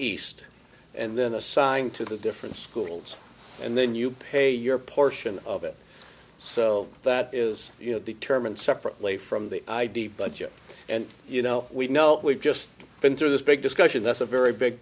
east and then assigned to the different schools and then you pay your portion of it so that is you know determined separately from the id budget and you know we know we've just been through this big discussion that's a very big